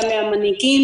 גם מהמנהיגים